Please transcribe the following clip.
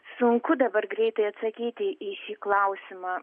sunku dabar greitai atsakyti į šį klausimą